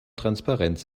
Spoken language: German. transparenz